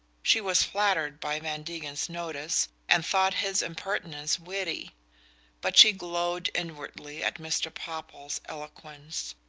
she was flattered by van degen's notice, and thought his impertinence witty but she glowed inwardly at mr. popple's eloquence.